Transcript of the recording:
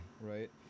right